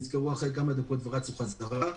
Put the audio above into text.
נזכרו אחרי כמה דקות ורצו חזרה,